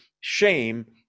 shame